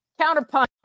counterpunch